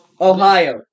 Ohio